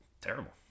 Terrible